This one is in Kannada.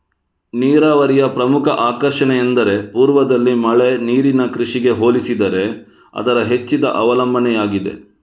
ನೀರಾವರಿಯ ಪ್ರಮುಖ ಆಕರ್ಷಣೆಯೆಂದರೆ ಪೂರ್ವದಲ್ಲಿ ಮಳೆ ನೀರಿನ ಕೃಷಿಗೆ ಹೋಲಿಸಿದರೆ ಅದರ ಹೆಚ್ಚಿದ ಅವಲಂಬನೆಯಾಗಿದೆ